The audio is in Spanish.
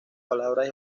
palabras